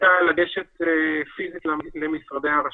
הייתה לגשת פיזית למשרדי הרשות.